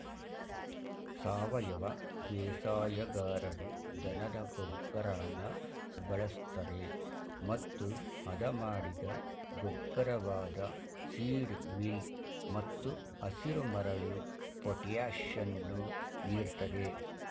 ಸಾವಯವ ಬೇಸಾಯಗಾರರು ದನದ ಗೊಬ್ಬರನ ಬಳಸ್ತರೆ ಮತ್ತು ಹದಮಾಡಿದ ಗೊಬ್ಬರವಾದ ಸೀಡ್ ಮೀಲ್ ಮತ್ತು ಹಸಿರುಮರಳು ಪೊಟ್ಯಾಷನ್ನು ನೀಡ್ತದೆ